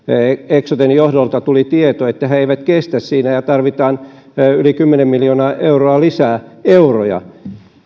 eksoten johdolta tuli tieto että he he eivät kestä siinä ja tarvitaan yli kymmenen miljoonaa euroa lisää euroja